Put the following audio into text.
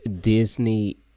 Disney